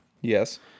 yes